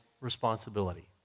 responsibility